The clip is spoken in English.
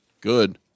Good